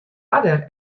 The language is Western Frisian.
oarder